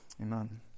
Amen